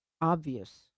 obvious